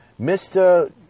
Mr